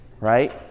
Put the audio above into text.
right